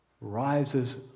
rises